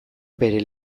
bere